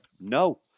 No